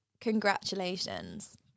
congratulations